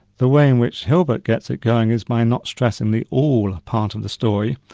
the way in which hilbert gets it going is by not stressing the all part of the story,